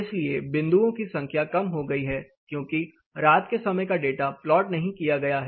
इसलिए बिंदुओं की संख्या कम हो गई है क्योंकि रात के समय का डेटा प्लॉट नहीं किया गया है